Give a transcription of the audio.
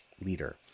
leader